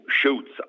shoots